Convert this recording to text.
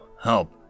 help